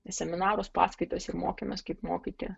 seminarus paskaitas ir mokėmės kaip mokyti